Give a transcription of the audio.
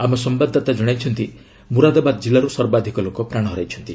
ଆମ ସମ୍ଭାଦଦାତା ଜଣାଇଛନ୍ତି ମୁରାଦାବାଦ ଜିଲ୍ଲାରୁ ସର୍ବାଧିକ ଲୋକ ପ୍ରାଣ ହରାଇଛନ୍ତି